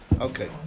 okay